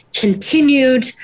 continued